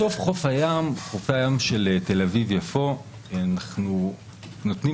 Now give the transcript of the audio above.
בחופי הים של תל אביב-יפו אנחנו נותנים